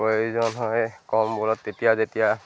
প্ৰয়োজন হয় কমবোৰত তেতিয়া যেতিয়া